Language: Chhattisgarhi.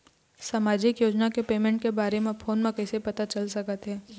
सामाजिक योजना के पेमेंट के बारे म फ़ोन म कइसे पता चल सकत हे?